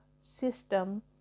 system